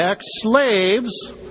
slaves